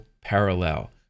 parallel